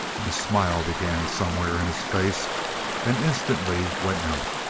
and a smile began somewhere in his face and instantly went out.